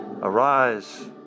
Arise